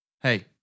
Hey